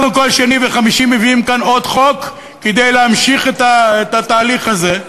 אנחנו כל שני וחמישי מביאים כאן עוד חוק כדי להמשיך את התהליך הזה.